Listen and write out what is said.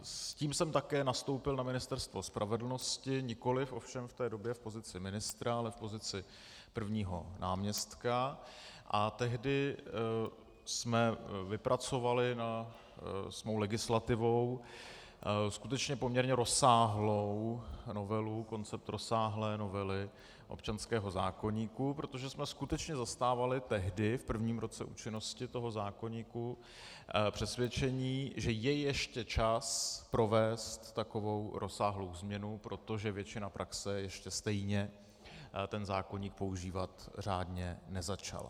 S tím jsem také nastoupil na Ministerstvo spravedlnosti, nikoliv ovšem v té době v pozici ministra, ale v pozici prvního náměstka, a tehdy jsme vypracovali s mou legislativou skutečně poměrně rozsáhlou novelu, koncept rozsáhlé novely občanského zákoníku, protože jsme skutečně zastávali tehdy, v prvním roce účinnosti toho zákoníku, přesvědčení, že je ještě čas provést takovou rozsáhlou změnu, protože většina praxe ještě stejně ten zákoník používat řádně nezačala.